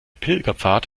pilgerpfad